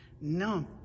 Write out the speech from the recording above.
No